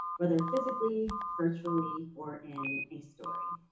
whether physically, virtually, or in a story.